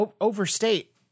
overstate